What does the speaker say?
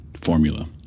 formula